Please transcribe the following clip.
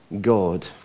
God